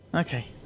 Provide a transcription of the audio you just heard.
Okay